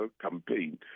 campaign